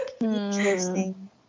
Interesting